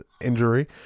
injury